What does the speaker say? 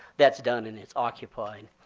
that's done and it's occupied.